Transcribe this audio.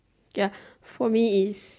ya for me is